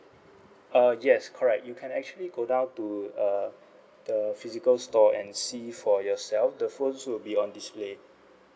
uh yes correct you can actually go down to uh the physical store and see for yourself the phones will be on display